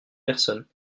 personnes